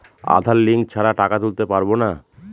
আধার link ছাড়া টাকা তুলতে পারব না?